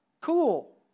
Cool